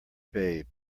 babe